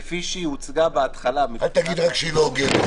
כפי שהיא הוצגה בהתחלה --- רק אל תגיד שהיא לא הוגנת.